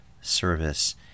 service